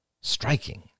striking